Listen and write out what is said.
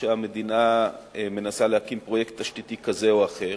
שהמדינה מנסה להקים פרויקט תשתיתי כזה או אחר,